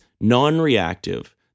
non-reactive